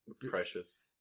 precious